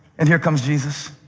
and here comes jesus,